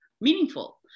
meaningful